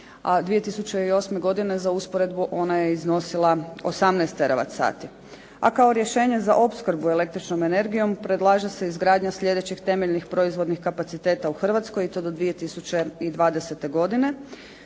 2008. za usporedbu ona je iznosila 18 tera vat sati, a kao rješenje za opskrbu električnom energijom predlaže se izgradnja sljedećih temeljnih proizvodnih kapaciteta u Hrvatsko i to do 2020. godine.